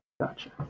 Gotcha